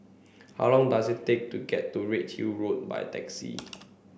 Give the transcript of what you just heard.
how long does it take to get to Redhill Road by taxi